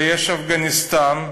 ויש אפגניסטן,